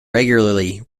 regularly